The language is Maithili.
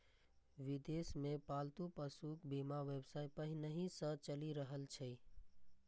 विदेश मे पालतू पशुक बीमा व्यवसाय पहिनहि सं चलि रहल छै